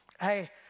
Hey